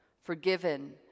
Forgiven